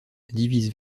divisent